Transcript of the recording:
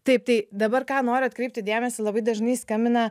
taip tai dabar ką noriu atkreipti dėmesį labai dažnai skambina